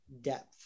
depth